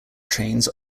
trains